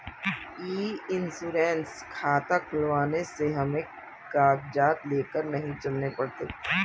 ई insurance खाता खुलवाने से हमें कागजात लेकर नहीं चलने पड़ते